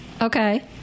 Okay